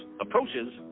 approaches